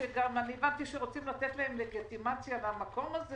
הבנתי שרוצים לתת להם לגיטימציה במקום הזה,